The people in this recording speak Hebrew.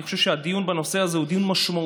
אני חושב שהדיון בנושא הזה הוא דיון משמעותי,